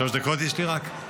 יש לי רק שלוש דקות?